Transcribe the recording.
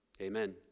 amen